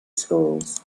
schools